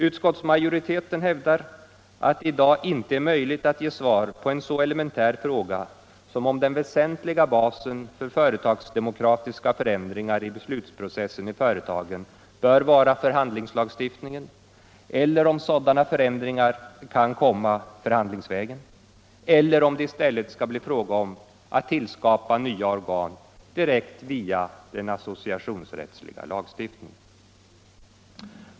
Utskottsmajoriteten hävdar att det i dag inte är möjligt att ge svar på en så elementär fråga som om den väsentliga basen för företagsdemokratiska förändringar i beslutsprocessen i företagen bör vara förhandlingslagstiftningen eller om sådana förändringar kan komma förhandlingsvägen, eller om det i stället skall bli fråga om att tillskapa nya organ direkt via den associationsrättsliga lagstiftningen.